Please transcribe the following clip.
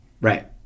Right